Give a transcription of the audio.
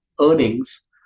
earnings